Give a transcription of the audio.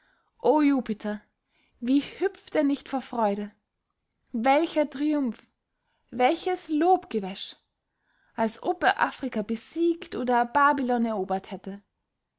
o jupiter wie hüpft er nicht vor freude welcher triumph welches lobgewäsch als ob er afrika besiegt oder babilon erobert hätte